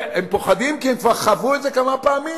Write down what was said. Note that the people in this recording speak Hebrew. והם פוחדים כי הם כבר חוו את זה כמה פעמים.